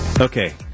Okay